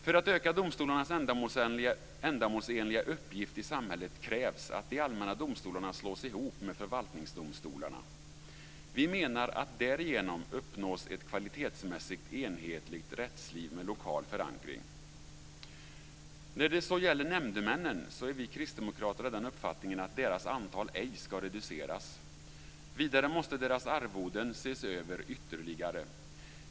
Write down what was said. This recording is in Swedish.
För att öka domstolarnas ändamålsenliga uppgift i samhället krävs att de allmänna domstolarna slås ihop med förvaltningsdomstolarna. Därigenom uppnås ett kvalitetsmässigt enhetligt rättsliv med lokal förankring. När det så gäller nämndemännen är vi kristdemokrater av den uppfattningen att deras antal inte ska reduceras. Vidare måste deras arvoden ses över ytterligare.